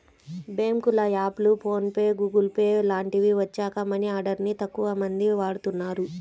బ్యేంకుల యాప్లు, PhonePe, Google Pay లాంటివి వచ్చాక మనీ ఆర్డర్ ని తక్కువమంది వాడుతున్నారు